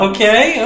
Okay